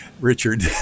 Richard